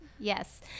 Yes